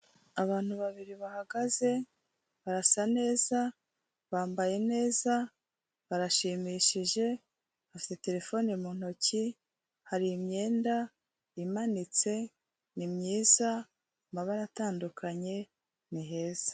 Abantu babiri bahagaze, barasa neza, bambaye neza, barashimishije, bafite terefone mu ntoki, hari imyenda imanitse, ni myiza, amabara atandukanye, ni heza.